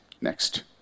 next